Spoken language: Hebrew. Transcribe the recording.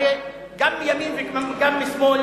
הרי גם מימין וגם משמאל,